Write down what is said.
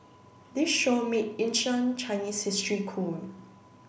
this show made ancient Chinese history cool